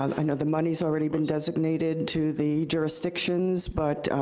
i know the money's already been designated to the jurisdictions, but